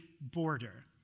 border